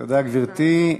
תודה, גברתי.